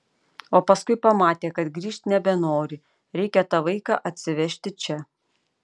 o paskui pamatė kad grįžt nebenori reikia tą vaiką atsivežti čia